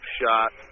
shot